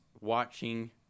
watching